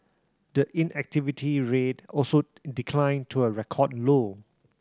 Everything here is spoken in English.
the inactivity rate also declined to a record low